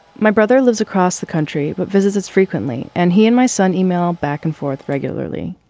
my brother lives across the country but visits his frequently and he and my son e-mail back and forth regularly.